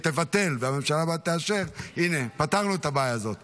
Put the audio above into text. הבא, יש לי הודעה לגבי חוק ביטול ממשלת חילופים.